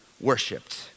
worshipped